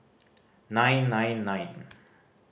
nine nine nine